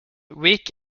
week